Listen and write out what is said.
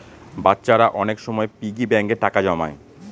বাচ্চারা অনেক সময় পিগি ব্যাঙ্কে টাকা জমায়